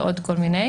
ועוד אחרים.